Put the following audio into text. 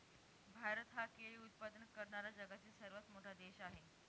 भारत हा केळी उत्पादन करणारा जगातील सर्वात मोठा देश आहे